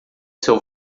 seu